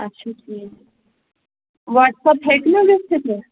اَچھا ٹھیٖک WhatsApp ہٮ۪کہِ نا گٔژھِتھ یہِ